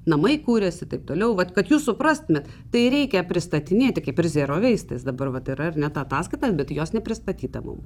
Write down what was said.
namai kuriasi taip toliau vat kad jūs suprastumėt tai reikia pristatinėti kaip ir zero waste jis dabar vat yra ar ne ta ataskaita bet jos nepristatyta mum